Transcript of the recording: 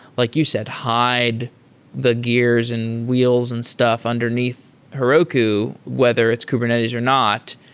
like you said, hide the gears and wheels and stuff underneath heroku, whether it's kubernetes or not,